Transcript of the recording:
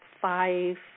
five